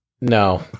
No